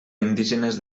indígenes